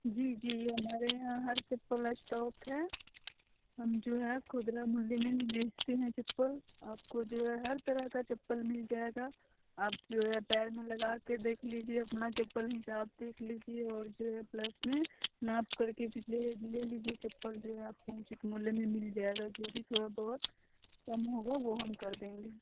जी जी हमारे यहाँ हर चप्पल का इस्टॉक है हम जो है खुदरा मंडी में ही बेचते हैं चप्पल आपको जो है हर तरह का चप्पल मिल जाएगा आप जो है पैर में लगा कर देख लीजिए अपना चप्पल हिसाब देख लीजिए और जो है प्लस में नाप कर के भी ले लीजिए चप्पल जो है आपको उचित मूल्य में मिल जाएगा जो भी थोड़ा बहुत कम होगा वह हम कर देंगे